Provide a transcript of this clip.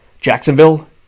Jacksonville